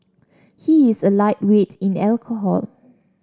he is a lightweight in alcohol